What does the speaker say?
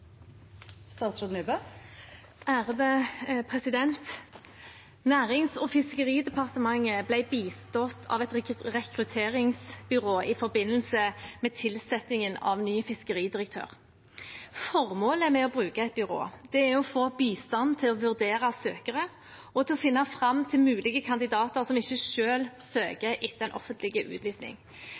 Nærings- og fiskeridepartementet ble bistått av et rekrutteringsbyrå i forbindelse med tilsettingen av ny fiskeridirektør. Formålet med å bruke et byrå er å få bistand til å vurdere søkere og finne fram til mulige kandidater som ikke selv søker etter